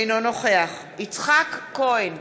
אינו נוכח יצחק כהן,